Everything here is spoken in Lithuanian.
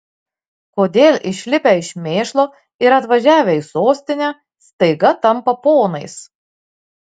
kodėl išlipę iš mėšlo ir atvažiavę į sostinę staiga tampa ponais